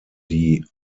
die